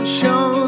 show